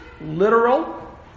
literal